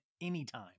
anytime